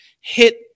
hit